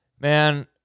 Man